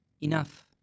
Enough